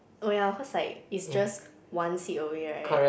oh yeah cause like is just one seat away right